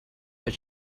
but